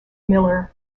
miller